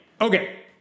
Okay